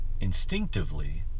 instinctively